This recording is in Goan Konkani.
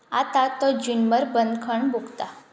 आतां तो जीणभर बंदखण भोगता